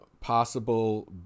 possible